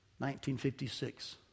1956